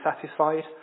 satisfied